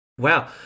wow